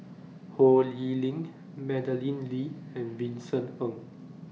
Ho Lee Ling Madeleine Lee and Vincent Ng